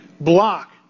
block